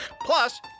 Plus